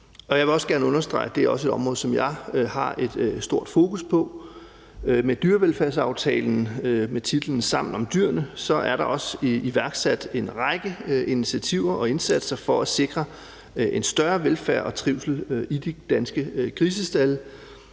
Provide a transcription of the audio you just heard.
Jeg vil også gerne understrege, at det også er et område, som jeg har et stort fokus på. Med dyrevelfærdsaftalen med titlen »Sammen om Dyrene« er der også iværksat en række initiativer og indsatser for at sikre en større velfærd og trivsel i de danske grisestalde.